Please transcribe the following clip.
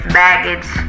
baggage